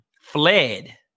fled